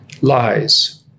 Lies